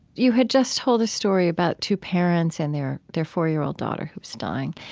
you had just told a story about two parents and their their four-year-old daughter who's dying.